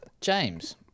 James